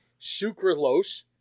sucralose